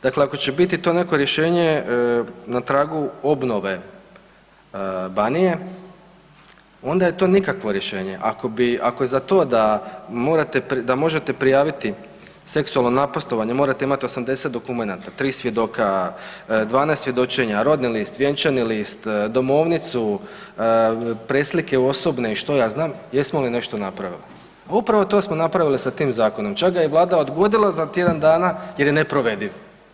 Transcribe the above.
Dakle, ako će biti to neko rješenje na tragu obnove Banije onda je to nikakvo rješenje, ako bi, ako je za to da možete prijaviti seksualno napastovanje morate imati 80 dokumenata, 3 svjedoka, 12 svjedočenja, rodni list, vjenčani list, domovnicu, preslike osobne i što ja znam, jesmo li nešto napravili, a upravo to smo napravili sa tim zakonom, čak ga je i Vlada odgodila za tjedan dana jer je neprovediv.